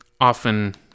often